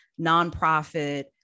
nonprofit